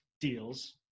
deals